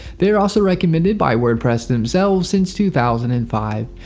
they are also recommended by wordpress themselves since two thousand and five.